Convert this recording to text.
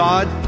God